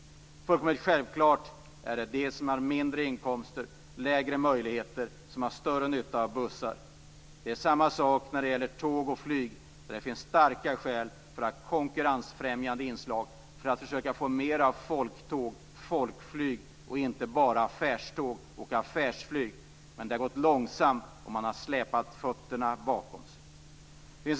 Fullkomligt självklart är att de som har lägre inkomster och sämre möjligheter har större nytta av bussar. Det är samma sak med tåg och flyg. Där finns det starka skäl för konkurrensfrämjande inslag för att försöka få mer av folktåg och folkflyg och inte bara affärståg och affärsflyg. Men det har gått långsamt, och man har släpat fötterna efter sig.